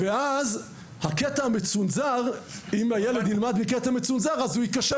ואז אם הילד ילמד לפי הספר המצונזר אז הוא ייכשל